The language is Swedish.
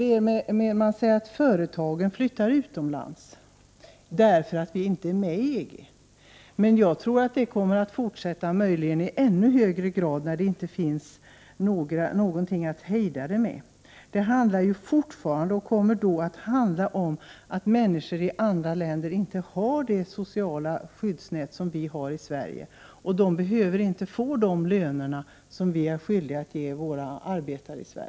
Det sägs ju att företag flyttar utomlands, därför att Sverige inte är med i EG. Men jag tror att företagen i ännu högre grad kommer att flytta utomlands när det inte längre finns någonting som hejdar. Människor i andra länder har inte, och kommer inte att ha, samma sociala skyddsnät som vi i Sverige har. Man behöver inte betala de löner utomlands som svenska arbetare har rätt till.